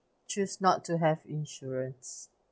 choose not to have insurance